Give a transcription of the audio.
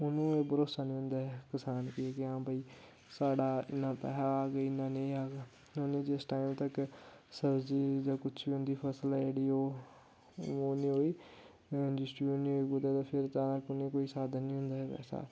उ'नें ई एह् भरोसा निं होंदा ऐ किसान गी कि आं भाई साढ़ा इ'न्ना पैहा आह्ग जां इ'न्ना नेईं आह्ग उ'नें जिस टाइम तक सब्जी जां कुछ बी उं'दी फसल ऐ जेह्ड़ी उ'नें ओह् ही डिस्ट्रीब्यूट निं होई कूदै ते उ'नें कोई साधन नि होंदा ऐ वैसा